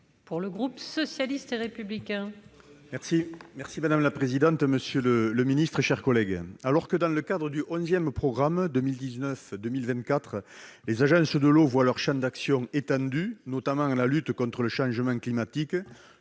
le groupe socialiste et républicain